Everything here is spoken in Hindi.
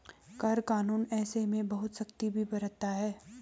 कर कानून ऐसे में बहुत सख्ती भी बरतता है